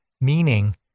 meaning